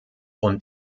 und